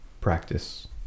practice